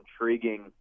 intriguing